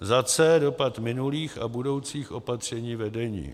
c) dopad minulých a budoucích opatření vedení;